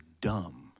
dumb